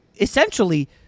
essentially